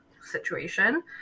situation